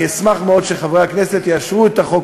אני אשמח מאוד שחברי הכנסת יאשרו את החוק